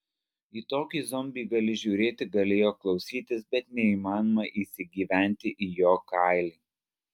į tokį zombį gali žiūrėti gali jo klausytis bet neįmanoma įsigyventi į jo kailį